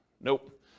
Nope